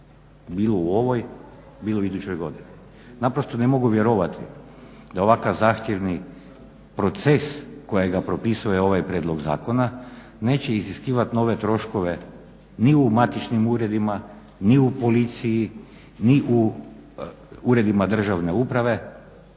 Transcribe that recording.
bilo u ovoj bilo u idućoj godini. Naprosto ne mogu vjerovati da ovakav zahtjevni proces kojega propisuje ovaj prijedlog zakona neće iziskivati nove troškove ni u matičnim uredima, ni u policiji, ni u uredima državne uprave